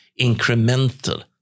incremental